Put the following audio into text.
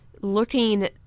looking